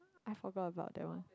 I forgot about that one